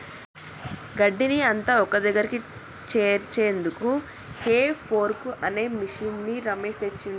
గడ్డిని అంత ఒక్కదగ్గరికి చేర్చేందుకు హే ఫోర్క్ అనే మిషిన్ని రమేష్ తెచ్చిండు